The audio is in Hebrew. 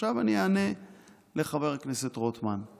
ועכשיו אני אענה לחבר הכנסת רוטמן.